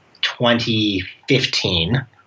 2015